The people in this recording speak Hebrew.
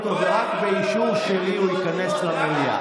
אתה תתבייש.